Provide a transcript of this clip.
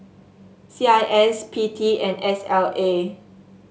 C I S P T and S L A